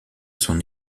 son